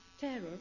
terror